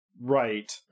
right